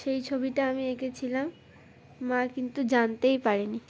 সেই ছবিটা আমি এঁকেছিলাম মা কিন্তু জানতেই পারেনি